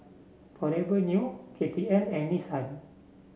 Forever New K T M and Nissan